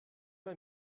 bei